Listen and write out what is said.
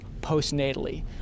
postnatally